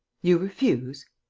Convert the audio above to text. you refuse?